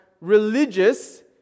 religious